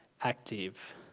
active